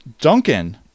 Duncan